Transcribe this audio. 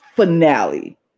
Finale